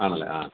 ആണല്ലേ ആ